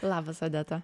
labas odeta